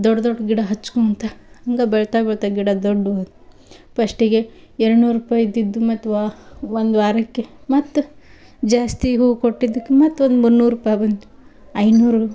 ದೊಡ್ಡ ದೊಡ್ಡ ಗಿಡ ಹಚ್ಕೋತಾ ಹಂಗೆ ಬೆಳಿತಾ ಬೆಳಿತಾ ಗಿಡ ದೊಡ್ಡಗಾದ್ವು ಪಸ್ಟಿಗೆ ಎರಡು ನೂರು ರೂಪಾಯಿ ಇದ್ದಿದ್ದು ಮತ್ತೆ ವಾ ಒಂದು ವಾರಕ್ಕೆ ಮತ್ತೆ ಜಾಸ್ತಿ ಹೂ ಕೊಟ್ಟಿದ್ದಕ್ಕೆ ಮತ್ತೆ ಒಂದು ಮುನ್ನೂರು ರೂಪಾಯಿ ಬಂತು ಐನೂರು